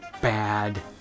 bad